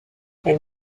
elle